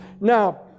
Now